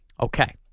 Okay